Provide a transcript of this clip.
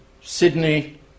Sydney